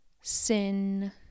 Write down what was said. Sin